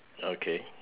okay